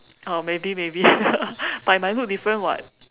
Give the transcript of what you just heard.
uh maybe maybe but it might look different [what]